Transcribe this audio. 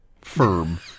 firm